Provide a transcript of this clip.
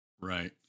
Right